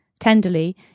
tenderly